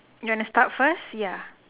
you want to start first ya